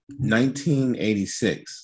1986